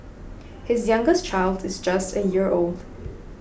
his youngest child is just a year old